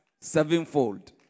sevenfold